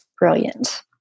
brilliant